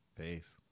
Peace